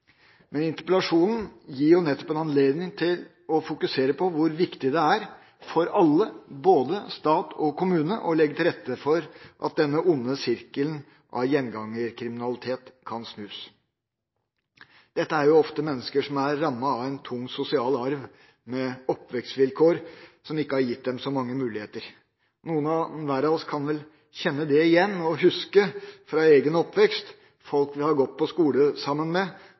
Men denne interpellasjonen gir jo nettopp en anledning til å fokusere på hvor viktig det er for alle – både stat og kommune – å legge til rette for at denne onde sirkelen av gjengangerkriminalitet kan snus. Dette er ofte mennesker som er rammet av en tung sosial arv, med oppvekstvilkår som ikke har gitt dem så mange muligheter. Noen og hver av oss kan vel kjenne igjen dette og huske fra egen oppvekst folk vi gikk på skole sammen med,